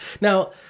Now